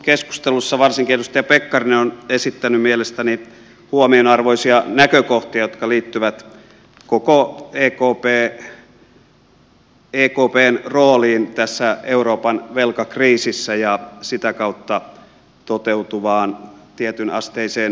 keskustelussa varsinkin edustaja pekkarinen on esittänyt mielestäni huomionarvoisia näkökohtia jotka liittyvät koko ekpn rooliin tässä euroopan velkakriisissä ja sitä kautta toteutuvaan tietynasteiseen yhteisvastuuseen